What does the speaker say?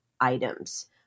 items